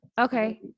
okay